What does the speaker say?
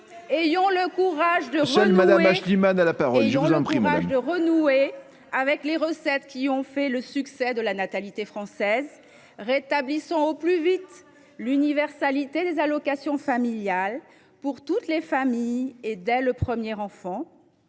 ayons le courage de renouer avec les recettes qui ont fait le succès de la natalité française. Comme la préférence nationale ? Rétablissons au plus vite l’universalité des allocations familiales, pour toutes les familles, dès le premier enfant.